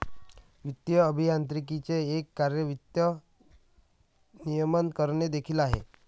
वित्तीय अभियांत्रिकीचे एक कार्य वित्त नियमन करणे देखील आहे